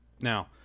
now